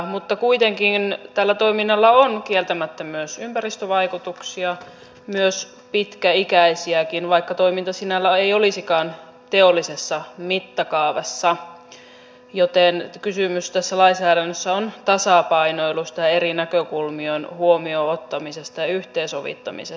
mutta kuitenkin tällä toiminnalla on kieltämättä myös ympäristövaikutuksia pitkäikäisiäkin vaikka toiminta sinällään ei olisikaan teollisessa mittakaavassa joten kysymys tässä lainsäädännössä on tasapainoiluista ja eri näkökulmien huomioon ottamisesta ja yhteensovittamisesta